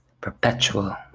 Perpetual